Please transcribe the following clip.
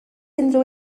unrhyw